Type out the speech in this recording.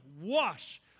wash